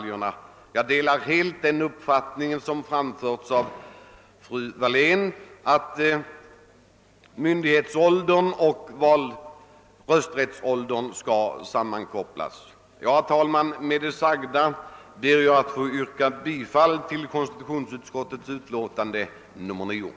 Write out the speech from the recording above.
Jag delar helt den uppfattning som framförts av fru Hjelm-Wallén, nämligen att myndighetsåldern och rösträttsåldern skall sammankopplas. Herr talman! Med det sagda ber jag